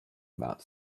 about